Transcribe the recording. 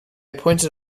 pointed